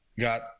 got